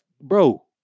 Bro